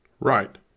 right